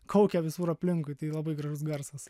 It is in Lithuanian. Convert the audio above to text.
kaukia visur aplinkui tai labai gražus garsas